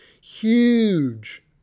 huge